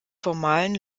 formalen